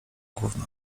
gówno